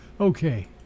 Okay